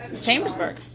Chambersburg